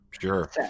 Sure